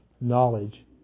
knowledge